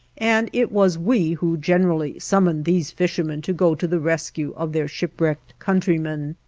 and it was we who generally summoned these fishermen to go to the rescue of their shipwrecked countrymen.